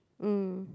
mm